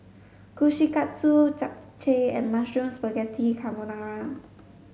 Kushikatsu Japchae and Mushroom Spaghetti Carbonara